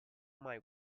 mai